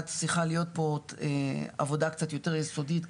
הייתה צריכה להיות פה עבודה קצת יותר יסודית,